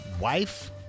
wife